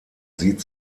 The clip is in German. sieht